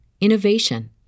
innovation